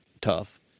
tough